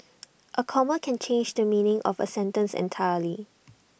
A comma can change the meaning of A sentence entirely